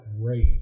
great